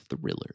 thriller